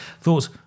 thought